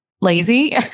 lazy